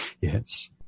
Yes